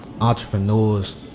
entrepreneurs